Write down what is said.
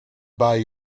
buy